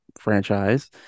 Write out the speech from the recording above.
franchise